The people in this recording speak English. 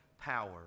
power